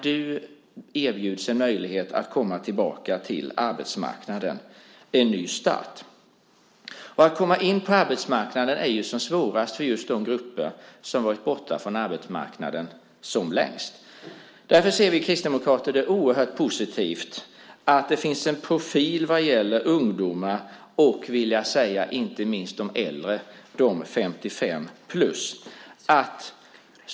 Du erbjuds möjligheten att komma tillbaka till arbetsmarknaden, en ny start. Att komma in på arbetsmarknaden är som svårast för de grupper som varit borta från arbetsmarknaden längst. Vi kristdemokrater ser det som oerhört positivt att det finns en profil vad gäller ungdomar och inte minst de äldre, 55-plus.